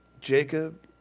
Jacob